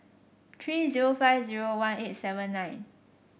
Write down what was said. three zero five zero one eight seven nine